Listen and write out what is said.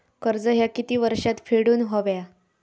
कर्ज ह्या किती वर्षात फेडून हव्या?